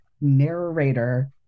narrator